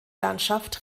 landschaft